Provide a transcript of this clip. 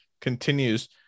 continues